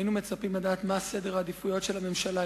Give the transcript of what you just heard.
היינו מצפים לדעת מה סדר העדיפויות של הממשלה,